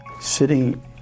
Sitting